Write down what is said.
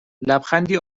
لبخندی